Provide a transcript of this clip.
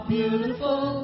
beautiful